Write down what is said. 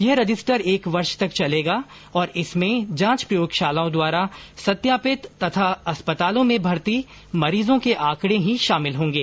यह रजिस्टर एक वर्ष तक चलेगा और इसमें जांच प्रयोगशालाओं द्वारा सत्यापित तथा अस्पतालों में भर्ती मरीजों के आंकडे ही शामिल होंगे